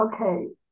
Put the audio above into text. okay